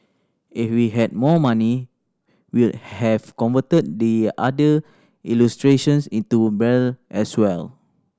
if we had more money we'll have converted the other illustrations into Braille as well